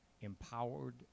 empowered